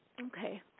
okay